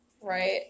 Right